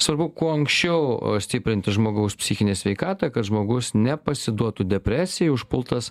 svarbu kuo anksčiau stiprinti žmogaus psichinę sveikatą kad žmogus nepasiduotų depresijai užpultas